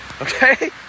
Okay